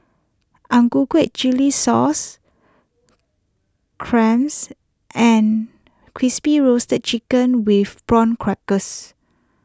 Ang Ku Kueh Chilli Sauce Clams and Crispy Roasted Chicken with Prawn Crackers